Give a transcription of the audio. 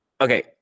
Okay